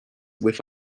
with